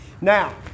Now